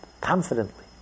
confidently